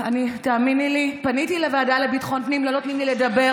תפני לוועדת ביטחון פנים, היא אמורה לדון בזה, לא?